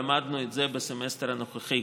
למדנו את זה בסמסטר הנוכחי,